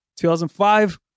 2005